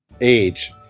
age